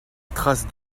trace